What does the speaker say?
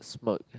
smoke